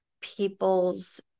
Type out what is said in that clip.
people's